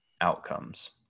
outcomes